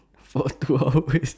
for two hours